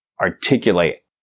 articulate